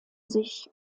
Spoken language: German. sich